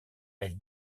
elle